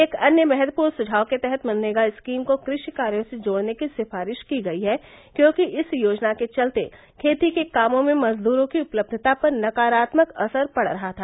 एक अन्य महत्वपूर्ण सुझाव के तहत मनरेगा स्कीम को क्रषि कार्यों से जोड़ने की सिफारिश की गई है क्योंकि इस योजना के चलते खेती के कामों में मजदूरों की उपलब्धता पर नकारात्मक असर पड़ रहा था